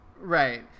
Right